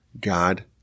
God